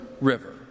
River